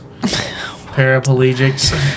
Paraplegics